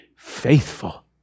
faithful